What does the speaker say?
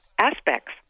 aspects